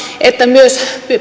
että myös